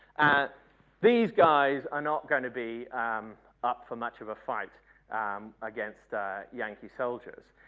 these guys are not gonna be up for much of a fight against the yankee soldiers.